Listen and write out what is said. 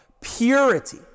Purity